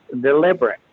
deliberate